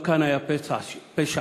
גם כאן היה פשע שנאה.